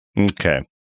Okay